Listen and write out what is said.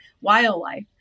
wildlife